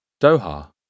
Doha